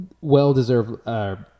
well-deserved